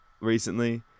recently